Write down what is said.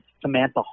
Samantha